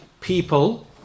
people